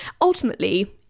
Ultimately